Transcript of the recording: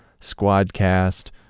Squadcast